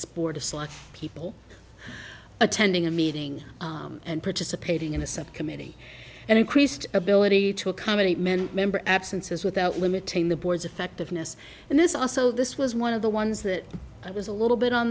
select people attending a meeting and participating in a subcommittee and increased ability to accommodate many member absences without limiting the board's effectiveness and this also this was one of the ones that i was a little bit on